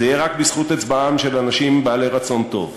זה יהיה רק בזכות הצבעתם של אנשים בעלי רצון טוב.